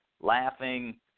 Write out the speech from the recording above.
laughing